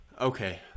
Okay